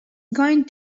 going